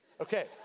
Okay